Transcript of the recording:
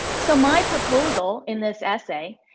so my proposal, in this essay,